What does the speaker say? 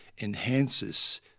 enhances